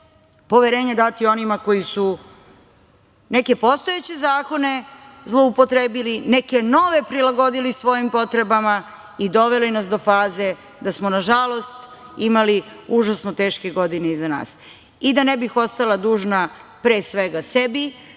poverenje dati onima koji su neke postojeće zakone zloupotrebili, neke nove prilagodili svojim potrebama i doveli nas do faze da smo nažalost imali užasno teške godine iza nas. Da ne bih ostala dužna pre svega sebi,